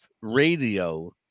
radio